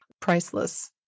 priceless